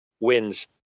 Wins